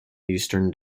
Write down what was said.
eastern